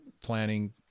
planning